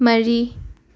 ꯃꯔꯤ